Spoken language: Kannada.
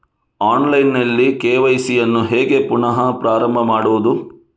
ಆನ್ಲೈನ್ ನಲ್ಲಿ ಕೆ.ವೈ.ಸಿ ಯನ್ನು ಹೇಗೆ ಪುನಃ ಪ್ರಾರಂಭ ಮಾಡುವುದು?